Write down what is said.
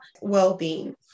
well-being